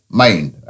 mind